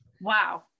Wow